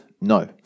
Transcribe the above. no